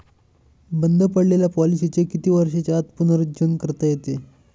बंद पडलेल्या पॉलिसीचे किती वर्षांच्या आत पुनरुज्जीवन करता येते?